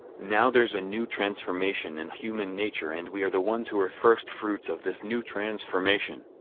now there's a new transformation in human nature and we are the ones who are first-fruits of this new transformation.